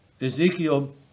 Ezekiel